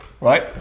Right